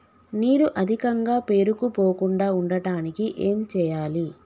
నీరు అధికంగా పేరుకుపోకుండా ఉండటానికి ఏం చేయాలి?